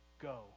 go